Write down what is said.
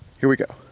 here we go.